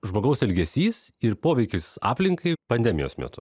žmogaus elgesys ir poveikis aplinkai pandemijos metu